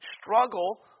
struggle